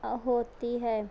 ہوتی ہے